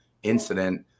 incident